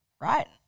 Right